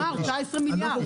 הוא אמר 19 מיליארד.